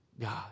God